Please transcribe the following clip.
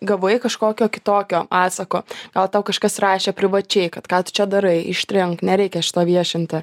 gavai kažkokio kitokio atsako gal tau kažkas rašė privačiai kad ką tu čia darai ištrink nereikia šito viešinti